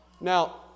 Now